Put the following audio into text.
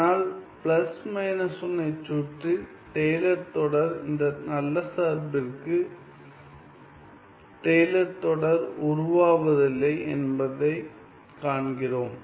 ஆனால் −1 ஐச் சுற்றி டெய்லர் தொடர் இந்த நல்ல சார்பிற்கு டெய்லர் தொடர் உருவாவதில்லை என்பதைக் காண்கிறோம்